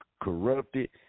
corrupted